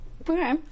okay